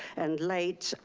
and late,